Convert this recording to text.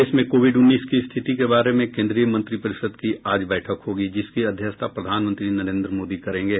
देश में कोविड उन्नीस की स्थिति के बारे में केन्द्रीय मंत्रिपरिषद की आज बैठक होगी जिसकी अध्यक्षता प्रधानमंत्री नरेन्द्र मोदी करेंगे